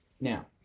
Now